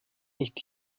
nicht